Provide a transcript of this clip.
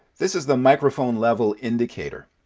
this is the microphone level indicator.